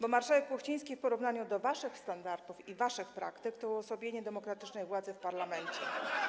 Bo marszałek Kuchciński w porównaniu do waszych standardów i waszych praktyk to uosobienie demokratycznej władzy w parlamencie.